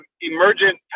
emergent